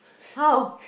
how